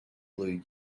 blue